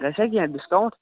گژھیٛا کیٚنہہ ڈِسکاوُنٛٹ